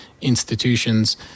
institutions